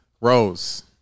Rose